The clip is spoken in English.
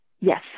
Yes